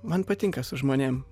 man patinka su žmonėm